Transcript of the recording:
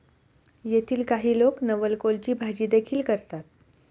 येथील काही लोक नवलकोलची भाजीदेखील करतात